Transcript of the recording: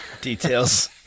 Details